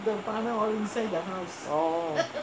oh